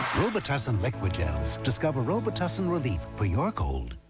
robitussin liqui-gels. discover robitussin relief for your cold.